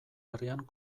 herrian